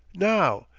now,